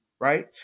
Right